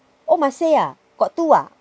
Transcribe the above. oh must say ah got two ah